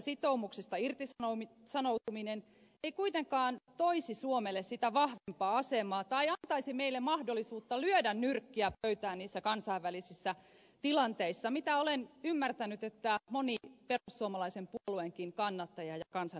kansainvälisistä sitoumuksista irtisanoutuminen ei kuitenkaan toisi suomelle vahvempaa asemaa tai antaisi meille mahdollisuutta lyödä nyrkkiä pöytään kansainvälisissä tilanteissa mitä olen ymmärtänyt monen perussuomalaisenkin puolueen kannattajan ja kansanedustajan haluavan